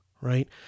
Right